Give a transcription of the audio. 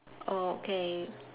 oh okay